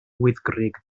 wyddgrug